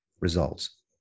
results